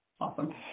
Awesome